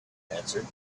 answered